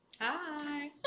Hi